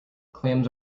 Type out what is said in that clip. clams